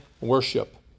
worship